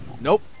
Nope